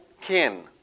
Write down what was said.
kin